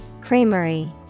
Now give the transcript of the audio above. Creamery